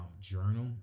journal